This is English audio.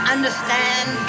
Understand